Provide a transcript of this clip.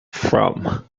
from